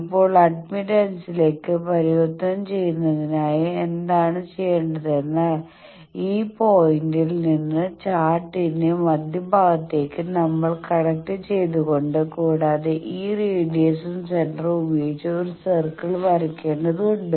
ഇപ്പോൾ അഡ്മിറ്റൻസിലേക്ക് പരിവർത്തനം ചെയുന്നതിനായി എന്താണ് ചെയേണ്ടതെന്നാൽ ഈ പോയിന്റിൽ നിന്ന് ചാർട്ടിന്റെ മധ്യഭാഗത്തേക്ക് നമ്മൾ കണക്റ്റുചെയ്യേണ്ടതുണ്ട് കൂടാതെ ഈ റേഡിയസും സെന്ററും ഉപയോഗിച്ച് ഒരു സർക്കിൾ വരയ്ക്കേണ്ടതുണ്ട്